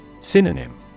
Synonym